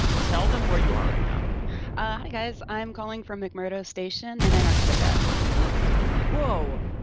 tell them where you are right now ah hi, guys. i'm calling from mcmurdo station in antarctica whoa.